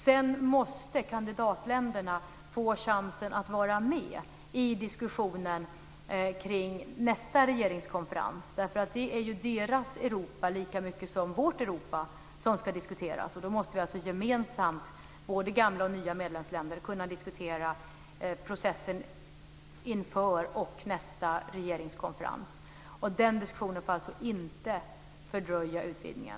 Sedan måste kandidatländerna få chansen att vara med i diskussionen kring nästa regeringskonferens. Det är deras Europa lika mycket som vårt Europa som ska diskuteras. Då måste vi gemensamt, både gamla och nya medlemsländer, kunna diskutera processen inför nästa regeringskonferens. Den diskussionen får alltså inte fördröja utvidgningen.